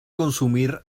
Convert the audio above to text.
consumir